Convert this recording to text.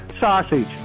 Sausage